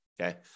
okay